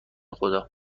خدا